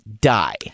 die